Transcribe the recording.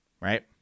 right